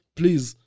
please